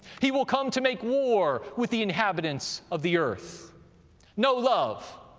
he will come to make war with the inhabitants of the earth no love,